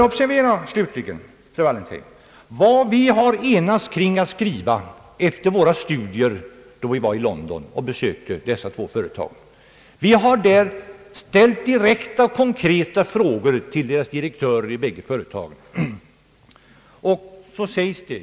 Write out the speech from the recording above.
Observera slutligen, fru Wallentheim, vad vi enats om att skriva efter våra studier då vi var i London och besökte de två TV-företagen. Vi hade därvid ställt direkta konkreta frågor till direktörerna i båda företagen.